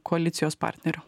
koalicijos partnerių